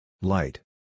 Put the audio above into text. Light